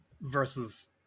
versus